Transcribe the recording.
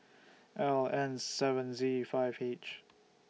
L N seven Z five H